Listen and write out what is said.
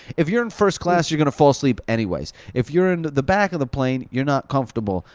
if you're in first class, you're gonna fall asleep anyways. if you're in the back of the plane, you're not comfortable.